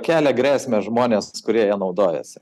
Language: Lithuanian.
kelia grėsmę žmonės kurie ja naudojasi